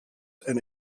and